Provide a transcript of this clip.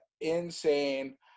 insane